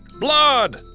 Blood